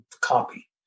copy